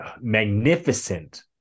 magnificent